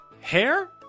hair